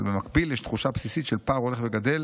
אבל במקביל יש תחושה בסיסית של פער הולך וגדל